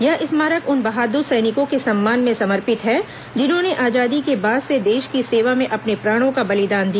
यह स्मारक उन बहादुर सैनिकों के सम्मान में समर्पित है जिन्होंने आजादी के बाद से देश की सेवा में अपने प्राणों का बलिदान दिया